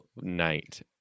night